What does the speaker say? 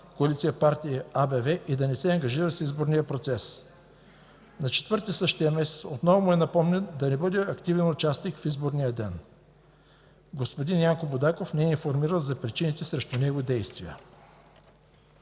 Коалиция от партии АБВ и да не се ангажира с изборния процес. На 4-ти същия месец отново му е напомнено да не бъде активен участник в изборния ден. Господин Янко Будаков не е информиран за причините за предприетите